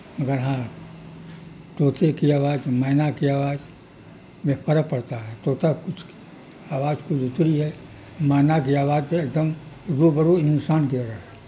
مگر ہاں طوطے کی آواز مینا کی آواز میں فرق پڑتا ہے طوطا کچھ آواز کچھ اتری ہے مینا کی آواز ایک دم روبرو ہوئی انسان کی طرح